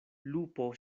lupo